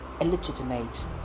ILLEGITIMATE